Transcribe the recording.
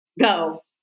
Go